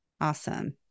Awesome